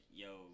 yo